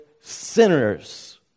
sinners